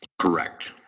Correct